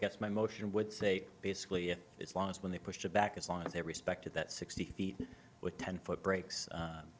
guess my motion would say basically it's lost when they pushed it back as long as they respected that sixty feet with ten foot breaks